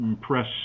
press